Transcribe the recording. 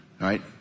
Right